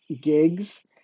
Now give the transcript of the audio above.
gigs